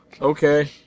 Okay